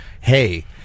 hey